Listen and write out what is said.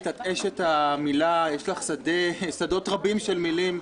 גלית, את אשת המילה, יש לך שדות רבים של מילים,